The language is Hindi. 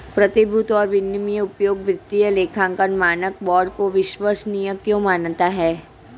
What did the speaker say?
प्रतिभूति और विनिमय आयोग वित्तीय लेखांकन मानक बोर्ड को विश्वसनीय क्यों मानता है?